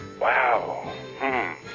Wow